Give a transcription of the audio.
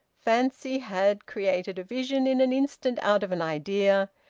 fancy had created a vision in an instant out of an idea,